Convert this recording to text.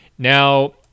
Now